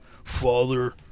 father